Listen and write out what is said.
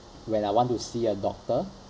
when I want to see a doctor